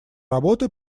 работы